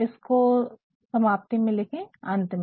इसको समाप्ति में लिखे अंत में